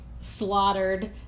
slaughtered